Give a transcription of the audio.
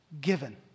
given